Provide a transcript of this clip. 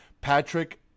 Patrick